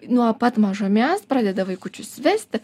nuo pat mažumės pradeda vaikučius vesti